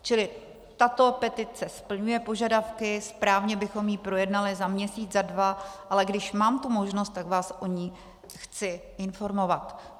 Čili tato petice splňuje požadavky, správně bychom ji projednali za měsíc, za dva, ale když mám tu možnost, tak vás o ní chci informovat.